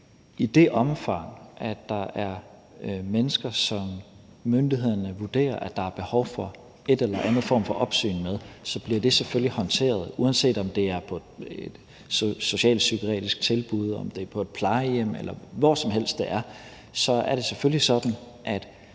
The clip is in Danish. i det omfang, at der er mennesker, som myndighederne vurderer der er behov for en eller anden form for opsyn med, så bliver det selvfølgelig håndteret, uanset om det er på et socialpsykiatrisk tilbud, om det er på et plejehjem, eller hvor som helst det er. Det er selvfølgelig sådan, at